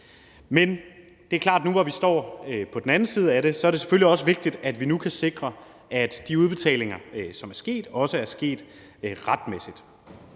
men det er klart, at nu, hvor vi står på den anden side af det, er det selvfølgelig også vigtigt, at vi kan sikre, at de udbetalinger, som er sket, også er sket retmæssigt.